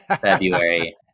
February